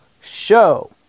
Show